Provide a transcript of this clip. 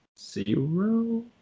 zero